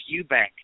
Eubank